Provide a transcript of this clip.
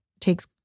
takes